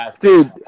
dude